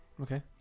okay